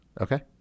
Okay